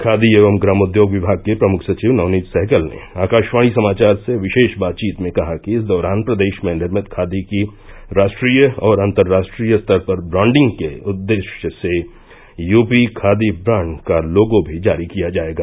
खादी एवं ग्रामोद्योग विभाग के प्रमुख सचिव नवनीत सहगल ने आकाशवाणी समाचार से विशेष बातचीत में कहा कि इस दौरान प्रदेश में निर्मित खादी की राष्ट्रीय और अतर्राष्ट्रीय स्तर पर ब्रांडिंग के उद्देश्य से यूपी खादी ब्रांड का लोगों भी जारी किया जायेगा